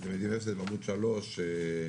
זה בעמוד 3,